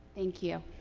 thank you.